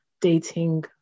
dating